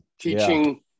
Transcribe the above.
teaching